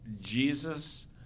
jesus